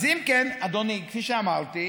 אם כן, אדוני, כפי שאמרתי,